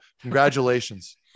congratulations